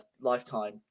lifetime